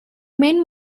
men